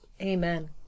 Amen